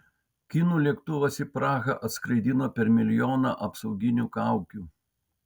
kinų lėktuvas į prahą atskraidino per milijoną apsauginių kaukių